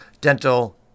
dental